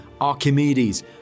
Archimedes